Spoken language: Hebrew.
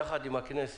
הממשלה, יחד עם הכנסת